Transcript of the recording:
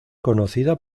conocida